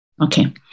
Okay